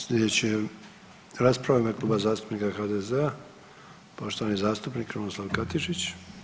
Sljedeća je rasprava u ime Kluba zastupnika HDZ-a poštovani zastupnik Krunoslav Katičić.